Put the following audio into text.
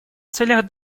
целях